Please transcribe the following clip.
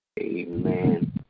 Amen